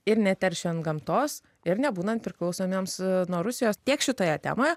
ir neteršiant gamtos ir nebūnant priklausomiems nuo rusijos tiek šitoje temoje